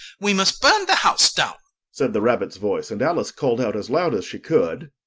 we must burn the house down said the rabbit's voice and alice called out as loud as she could,